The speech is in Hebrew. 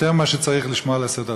יותר מאשר צריך לשמור על הסדר הציבורי.